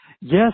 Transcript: yes